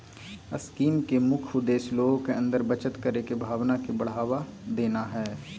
scheme के मुख्य उद्देश्य लोग के अंदर बचत करे के भावना के बढ़ावा देना हइ